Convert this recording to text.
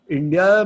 India